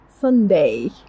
Sunday